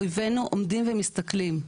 אויבינו עומדים ומסתכלים.